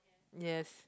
yes